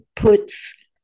puts